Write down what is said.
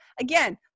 again